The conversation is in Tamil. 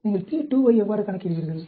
நீங்கள் p2 ஐ எவ்வாறு கணக்கிடுவீர்கள்